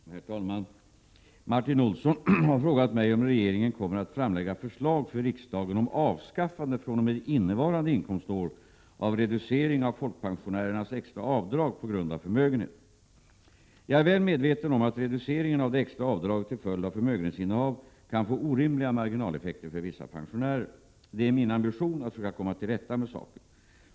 Herr talman! Martin Olsson har frågat mig om regeringen kommer att framlägga förslag för riksdagen om avskaffande fr.o.m. innevarande inkomstår av reduceringen av folkpensionärernas extra avdrag på grund av förmögenhet. Jag är väl medveten om att reduceringen av det extra avdraget till följd av förmögenhetsinnehav kan få orimliga marginaleffekter för vissa pensionärer. Det är min ambition att försöka komma till rätta med saken.